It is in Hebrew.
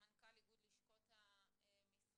סמנכ"ל איגוד לשכות המסחר.